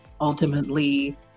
ultimately